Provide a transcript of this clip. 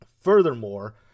Furthermore